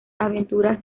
aventuras